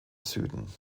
süden